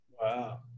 Wow